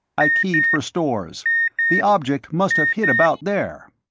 i keyed for stores the object must have hit about there.